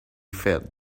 felt